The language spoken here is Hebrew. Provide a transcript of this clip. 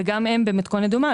וגם הם במתכונת דומה.